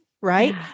right